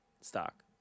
stock